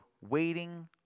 waiting